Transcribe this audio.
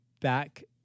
back